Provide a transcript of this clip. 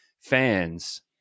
fans